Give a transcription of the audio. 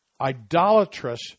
idolatrous